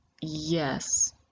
Yes